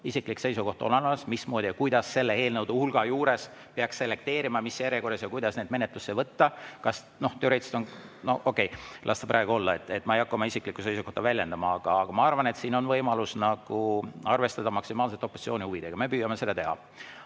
isiklik seisukoht olemas, mismoodi ja kuidas selle eelnõude hulga juures peaks selekteerima ja mis järjekorras ja kuidas neid menetlusse võtta. Teoreetiliselt on … Okei, las ta praegu olla, ma ei hakka oma isiklikku seisukohta väljendama. Aga ma arvan, et siin on võimalus arvestada maksimaalselt opositsiooni huvidega. Me püüame seda teha.